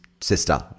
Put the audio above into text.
sister